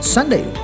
Sunday